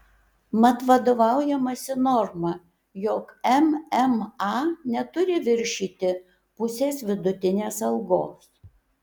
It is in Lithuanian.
mat vadovaujamasi norma jog mma neturi viršyti pusės vidutinės algos